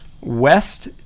west